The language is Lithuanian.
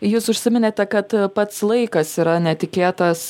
jūs užsiminėte kad pats laikas yra netikėtas